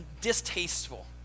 distasteful